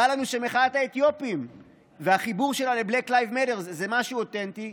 שמחאת העדה האתיופית והחיבור שלה ל-Black Lives Matter זה משהו אותנטי,